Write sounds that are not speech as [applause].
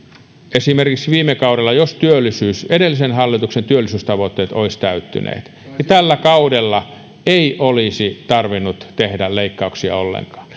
esimerkiksi jos viime kaudella edellisen hallituksen työllisyystavoitteet olisivat täyttyneet niin tällä kaudella ei olisi tarvinnut tehdä leikkauksia ollenkaan [unintelligible]